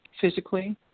physically